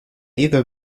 either